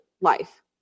life